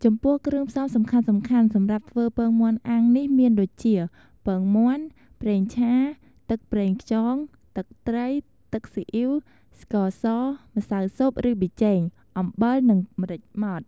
ចំពោះគ្រឿងផ្សំសំខាន់ៗសម្រាប់ធ្វើពងមាន់អាំងនេះមានដូចជា ពងមាន់ ប្រេងឆា ទឹកប្រេងខ្យង ទឹកត្រី ទឹកស៊ីអ៉ីវ ស្ករស ម្សៅស៊ុបឬប៊ីចេង អំបិលនិងម្រេចម៉ដ្ឋ ។